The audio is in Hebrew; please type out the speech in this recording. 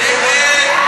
ההצעה